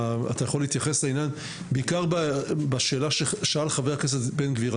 אתה יכול להתייחס לעניין בעיקר בשאלה ששאל חבר הכנסת בן גביר.